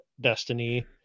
destiny